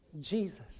Jesus